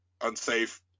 Unsafe